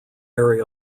area